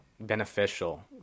beneficial